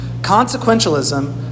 Consequentialism